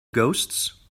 ghosts